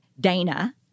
Dana